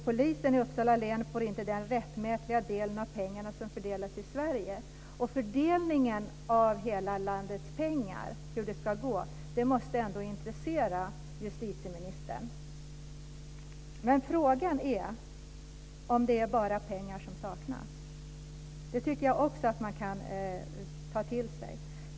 Polisen i Uppsala län får inte den rättmätiga del av de pengar som fördelas i Sverige. Hur fördelningen av hela landets pengar ska gå till måste ändå intressera justitieministern. Frågan är om det är bara pengar som saknas. Det tycker jag också att man kan ta till sig.